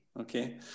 okay